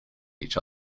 each